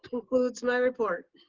concludes my report.